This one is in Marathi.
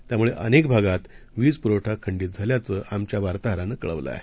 त्यामुळेअनेकभागातवीजपुरवठाखंडीतझाल्याचंआमच्यावार्ताहरानंकळवलंआहे